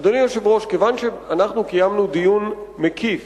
אדוני היושב-ראש, כיוון שאנחנו קיימנו דיון מקיף